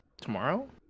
Tomorrow